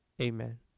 Amen